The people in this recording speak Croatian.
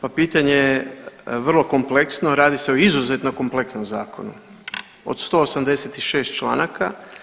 Pa pitanje je vrlo kompleksno, radi se o izuzetno kompleksnom zakonu od 186 članaka.